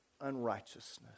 unrighteousness